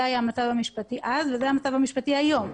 זה היה המצב המשפטי אז וזה המצב המשפטי היום.